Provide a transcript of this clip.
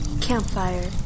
Campfire